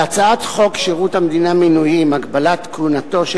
בהצעת חוק שירות המדינה (מינויים) (הגבלת כהונתו של